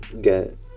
get